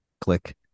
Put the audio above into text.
Click